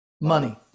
Money